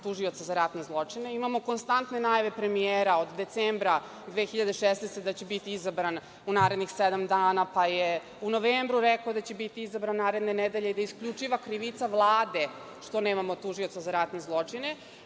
tužioca za ratne zločine. Imamo konstantne najave premijera od decembra 2016. godine, da će biti izabran u narednih sedam dana, pa je u novembru rekao da će biti izabran naredne nedelje i da je isključiva krivica Vlade što nemamo tužioca za ratne zločine.